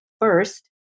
first